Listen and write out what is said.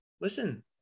Listen